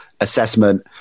assessment